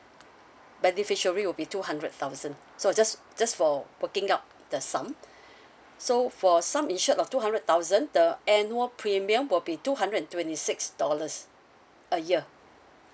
beneficiary will be two hundred thousand so just just for working out the sum so for sum insured of two hundred thousand the annual premium will be two hundred and twenty six dollars a year